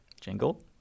Jingle